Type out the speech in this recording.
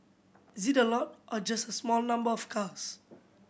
is it a lot or just a small number of cars